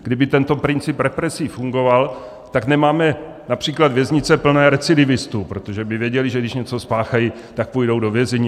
Kdyby tento princip represí fungoval, tak nemáme například věznice plné recidivistů, protože by věděli, že když něco spáchají, půjdou do vězení.